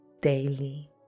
daily